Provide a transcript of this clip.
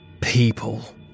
People